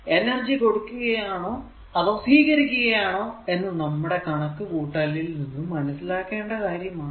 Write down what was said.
energy കൊടുക്കുകയാണോ അതോ സ്വീകരിക്കുകയാണോ എന്ന് നമ്മുടെ കണക്കു കൂട്ടലിൽ നിന്നും മനസ്സിലാക്കേണ്ട കാര്യം ആണ്